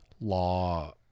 law